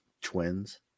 twins